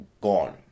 gone